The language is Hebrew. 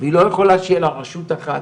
והיא לא יכולה שיהיה לה רשות אחת